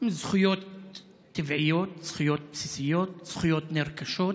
הן זכויות טבעיות, זכויות בסיסיות, זכויות נרכשות,